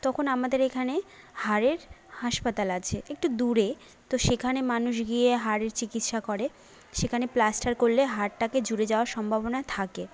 তখন আমাদের এখানে হাড়ের হাসপাতাল আছে একটু দূরে তো সেখানে মানুষ গিয়ে হাড়ের চিকিৎসা করে সেখানে প্লাস্টার করলে হাড়টাকে জুড়ে যাওয়ার সম্ভাবনা থাকে